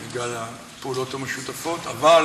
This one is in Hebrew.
בגלל הפעולות המשותפות, אבל